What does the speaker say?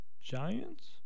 Giants